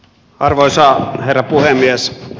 arvoisa herra puhemies